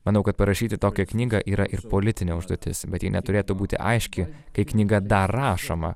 manau kad parašyti tokią knygą yra ir politinė užduotis bet ji neturėtų būti aiški kai knyga dar rašoma